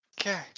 Okay